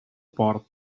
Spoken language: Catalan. port